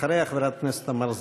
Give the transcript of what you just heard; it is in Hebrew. אחריה, חברת הכנסת תמר זנדברג.